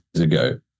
ago